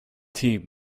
tnt